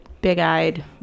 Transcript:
big-eyed